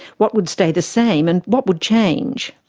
what would stay the same and what would change?